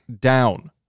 down